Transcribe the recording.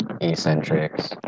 eccentrics